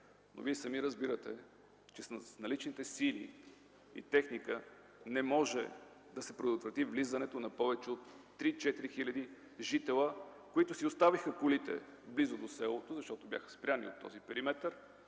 но вие сами разбирате, че с наличните сили и техника не може да се предотврати влизането на повече от 3-4000 жители, които си оставиха колите близо до селото, защото бяха спрени на този периметър,